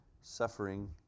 suffering